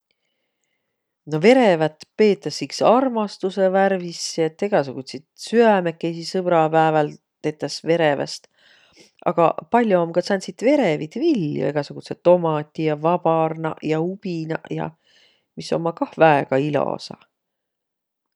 No verevät peetäs iks armastusõ värvis ja egäsugutsit süämekeisi sõbrapääväl tetäs vereväst. Aga pall'o om ka sääntsit verevit viljo: egäsugudsõq tomadiq ja vabarnaq ja ubinaq ja, mis ommaq kah väega ilosaq.